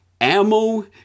ammo